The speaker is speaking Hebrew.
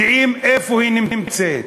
יודעים איפה היא נמצאת.